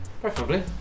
Preferably